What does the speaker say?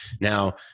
Now